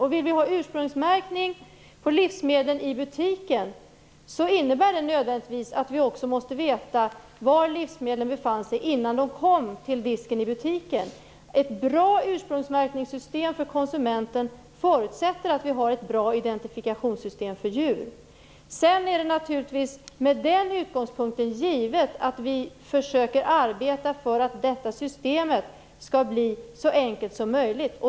Och om vi vill ha ursprungsmärkning på livsmedel i butiken innebär det nödvändigtvis att vi också måste veta var livsmedlen befann sig innan de kom till disken i butiken. Ett bra ursprungsmärkningssystem för konsumenten förutsätter att vi har ett bra identifikationssystem för djur. Sedan är det naturligtvis med den utgångspunkten givet att vi försöker arbeta för att detta system skall bli så enkelt som möjligt.